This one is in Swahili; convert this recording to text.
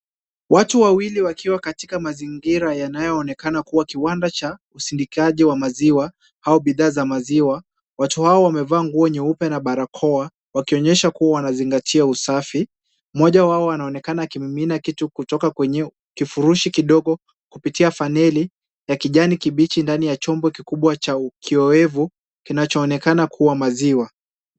Watu wawili wakiwa katika mazingira yanayoonekana kuwa kiwanda cha usindikaji wa maziwa au bidhaa za maziwa, watu hao wamevaa nguo nyeupe na barakoa, wakionyesha kuwa wanazingatia usafi. Mmoja wao anaonekana akimimina kitu kutoka kwenye kifurushi kidogo kupitia faneli ya kijani kibichi ndani ya chombo kikubwa cha kioevu kinachoonekana kuwa maziwa.